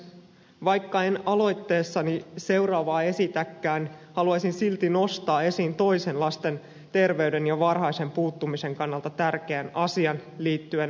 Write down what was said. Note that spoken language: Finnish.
vaikka en aloitteessani seuraavaa esitäkään haluaisin silti nostaa esiin toisen lasten terveyden ja varhaisen puuttumisen kannalta tärkeän asian liittyen lasten neuvolatarkastuksiin